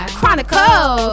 Chronicle